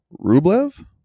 Rublev